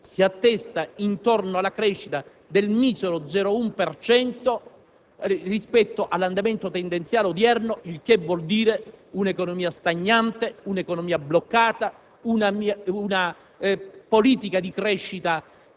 si attesta intorno alla crescita del misero 0,1 per cento rispetto all'andamento tendenziale odierno; il che vuol dire una economia stagnante, bloccata, una politica di crescita